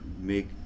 make